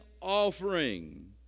offering